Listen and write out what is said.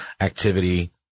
activity